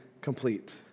complete